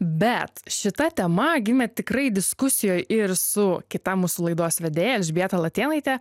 bet šita tema gimė tikrai diskusijoj ir su kita mūsų laidos vedėja elžbieta latėnaite